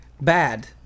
bad